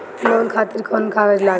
Loan खातिर कौन कागज लागेला?